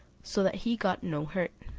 so that he got no hurt.